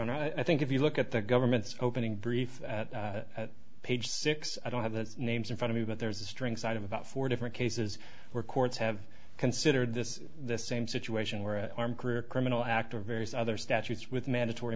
honor i think if you look at the government's opening brief at page six i don't have the names in front of me but there's a strong side of about four different cases where courts have considered this the same situation where arm career criminal act or various other statutes with mandatory